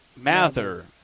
Mather